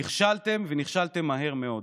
נכשלתם, ונכשלתם מהר מאוד.